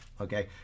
okay